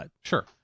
Sure